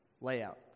layout